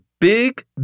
big